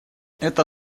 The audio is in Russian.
это